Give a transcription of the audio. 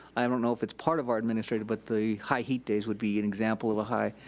i don't know if it's part of our administrative, but the high-heat days would be an example of a high,